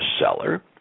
seller